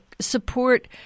support